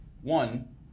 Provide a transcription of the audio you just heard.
One